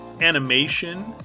animation